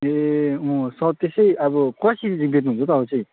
ए अँ स त्यसै कसरी बेच्नुहुन्छ हौ तपाईँ चाहिँ